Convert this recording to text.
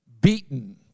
beaten